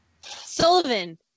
Sullivan